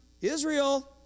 Israel